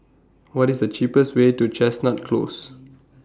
What IS The cheapest Way to Chestnut Close